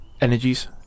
energies